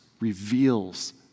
reveals